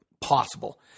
possible